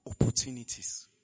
opportunities